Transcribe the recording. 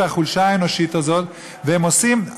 החולשה האנושית הזאת והם עושים את זה,